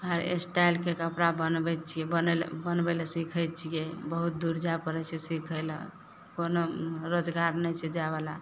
हर स्टाइलके कपड़ा बनबैत छियै बनबय लए सीखय छियै बहुत दूर जाइ पड़य छै सीखय लए कोनो रोजगार नहि छै जाइवला